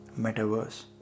metaverse